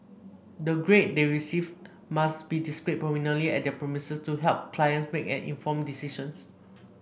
the grade they receive must be displayed prominently at their premises to help clients make an informed decision